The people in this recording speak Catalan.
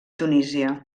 tunísia